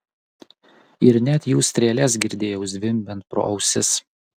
ir net jų strėles girdėjau zvimbiant pro ausis